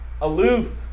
Aloof